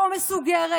או מסוגרת,